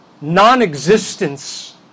Non-existence